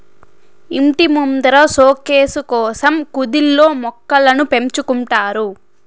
ఇంటి ముందర సోకేసు కోసం కుదిల్లో మొక్కలను పెంచుకుంటారు